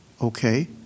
Okay